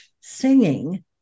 singing